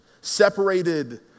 separated